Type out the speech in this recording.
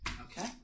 Okay